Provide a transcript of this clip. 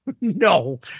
no